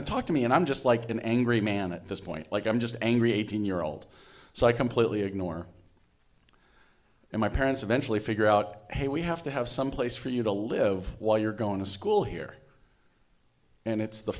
to talk to me and i'm just like an angry man at this point like i'm just angry eighteen year old so i completely ignore and my parents eventually figure out hey we have to have some place for you to live while you're going to school here and it's the